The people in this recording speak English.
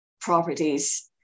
properties